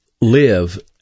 live